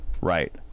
Right